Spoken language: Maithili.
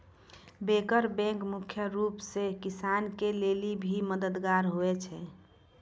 बैंकर बैंक मुख्य रूप से किसान के लेली भी मददगार हुवै छै